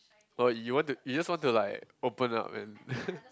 oh you want to you just want to like open up and